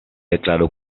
declaró